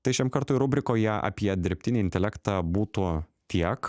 tai šiam kartui rubrikoje apie dirbtinį intelektą būtų tiek